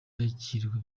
yakirwa